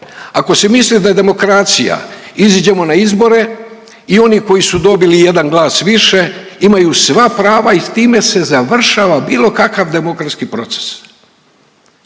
ako se misli da je demokracija iziđemo na izbore i oni koji su dobili 1 glas više imaju sva prava i time se završava bilo kakav demokratski proces,